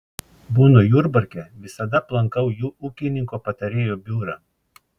būnu jurbarke visada aplankau ūkininko patarėjo biurą